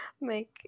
make